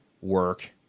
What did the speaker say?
work